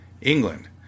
England